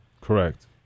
Correct